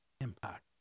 impact